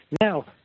Now